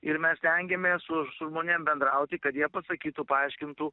ir mes stengiamės su su žmonėm bendrauti kad jie pasakytų paaiškintų